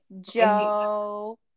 joe